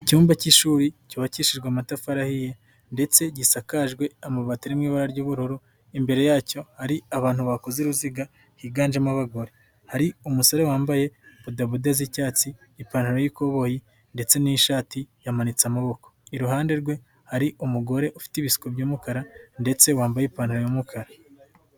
Icyumba k'ishuri cyubakishijwe amatafari ahiye ndetse gisakajwe amabati ari mu ibara ry'ubururu. Imbere yacyo hari abantu bakoze uruziga higanjemo abagore. Hari umusore wambaye bodaboda z'icyatsi, ipantaro y'ikoboyi ndetse n'ishati yamanitse amaboko. Iruhande rwe hari umugore ufite ibisuko by'umukara ndetse wambaye ipantaro y'umukara.